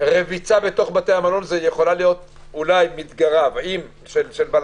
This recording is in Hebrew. שרביצה בתוך בתי המלון יכולה להיות מדגרה של בלגאן.